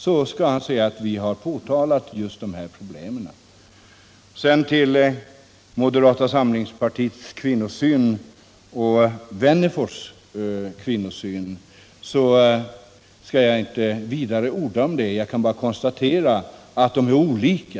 Då får han se att vi påpekat just de här problemen. När det gäller moderata samlingspartiets kvinnosyn och Alf Wennerfors kvinnosyn skall jag inte vidare orda om dem. Jag kan bara konstatera att de är olika.